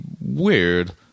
weird